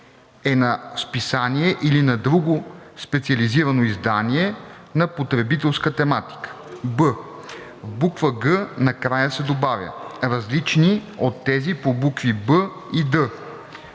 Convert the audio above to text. е на списание или на друго специализирано издание на потребителска тематика;“ б) в буква „г“ накрая се добавя „различни от тези по букви „б“ и